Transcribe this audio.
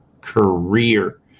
career